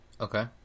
Okay